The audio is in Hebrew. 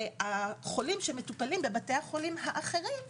החולים שמטופלים בבתי החולים האחרים,